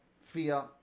Fear